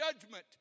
judgment